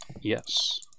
Yes